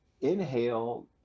inhale